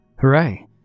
Hooray